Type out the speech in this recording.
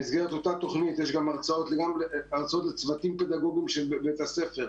במסגרת אותה תוכנית יש גם הרצאות לצוותים פדגוגים בבתי הספר,